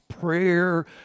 prayer